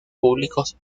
públicos